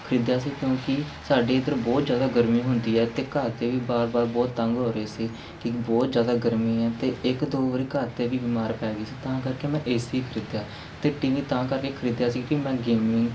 ਖਰੀਦਿਆ ਸੀ ਕਿਉਂਕਿ ਸਾਡੇ ਇੱਧਰ ਬਹੁਤ ਜ਼ਿਆਦਾ ਗਰਮੀ ਹੁੰਦੀ ਹੈ ਅਤੇ ਘਰਦੇ ਵੀ ਵਾਰ ਵਾਰ ਬਹੁਤ ਤੰਗ ਹੋ ਰਹੇ ਸੀ ਕਿ ਬਹੁਤ ਜ਼ਿਆਦਾ ਗਰਮੀ ਹੈ ਅ ਇੱਕ ਦੋ ਵਾਰੀ ਘਰਦੇ ਵੀ ਬਿਮਾਰ ਪੈ ਗਏ ਸੀ ਤਾਂ ਕਰਕੇ ਮੈਂ ਏ ਸੀ ਖਰੀਦਿਆ ਅਤੇ ਟੀ ਵੀ ਤਾਂ ਕਰਕੇ ਖਰੀਦਿਆ ਸੀ ਕਿ ਮੈਂ ਗੇਮਿੰਗ